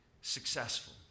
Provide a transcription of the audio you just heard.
successful